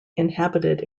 inhabited